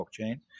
blockchain